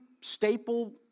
staple